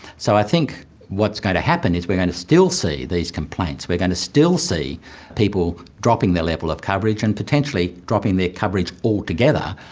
so i think what's going to happen is we are going to still see these complaints, we are going to still see people dropping their level of coverage and potentially dropping their coverage altogether,